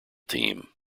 team